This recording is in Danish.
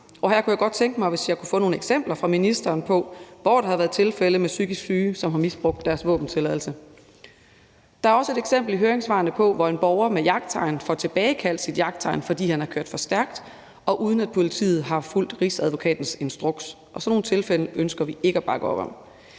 og her kunne jeg godt tænke mig, hvis jeg kunne få nogle eksempler fra ministeren på, hvor der har været tilfælde af psykisk syge, som har misbrugt deres våbentilladelse. Der er også i høringssvarene nævnt et eksempel på, at en borger med jagttegn får tilbagekaldt sit jagttegn, fordi han har kørt for stærkt, og uden at politiet har fulgt rigsadvokatens instruks. Sådan nogle tilfælde ønsker vi ikke at bakke op om.